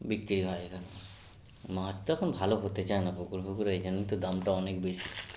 বিক্রি হয় এখানে মাছ তো এখন ভালো হতে চায় না পুকুর ফুকুরে এখানে তো দামটা অনেক বেশি